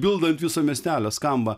bilda ant viso miestelio skamba